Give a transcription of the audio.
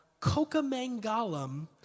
Kokamangalam